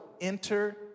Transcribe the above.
enter